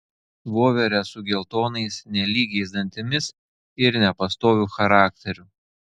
voverę su geltonais nelygiais dantimis ir nepastoviu charakteriu